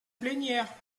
plénière